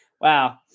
Wow